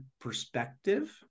perspective